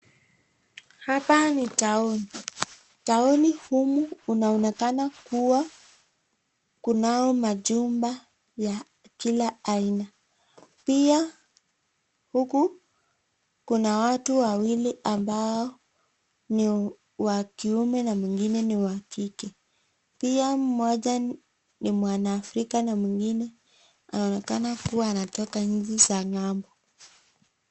Hapa ni taoni. Taoni humu kunaonekana kuwa kuna majumba ya kila aina. Pia huku kuna watu wawili ambao ni wa kiume na mwingine ni wa kike. Pia moja ni mwanaafrika na mwingine anaonekana kuwa anatoka nchi za ng'ambo.